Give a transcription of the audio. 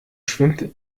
schwimmt